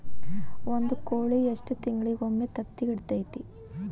ಒಂದ್ ಕೋಳಿ ಎಷ್ಟ ತಿಂಗಳಿಗೊಮ್ಮೆ ತತ್ತಿ ಇಡತೈತಿ?